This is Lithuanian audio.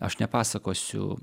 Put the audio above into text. aš nepasakosiu